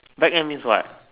back end means what